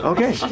Okay